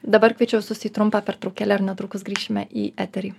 dabar kviečiu visus į trumpą pertraukėlę ir netrukus grįšime į eterį